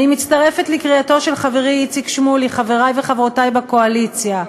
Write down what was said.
אני מצטרפת לקריאתו של חברי איציק שמולי: חברי וחברותי בקואליציה,